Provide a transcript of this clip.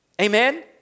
Amen